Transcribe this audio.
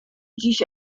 dziś